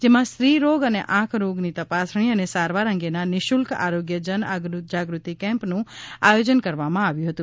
જેમાં સ્ત્રી રોગ અને આંખ રોગ તપાસણી અને સારવાર અંગેના નિઃશુલ્ક આરોગ્ય જન જાગૃતિ કેમ્પનું આયોજન કરવામાં આવ્યું હતું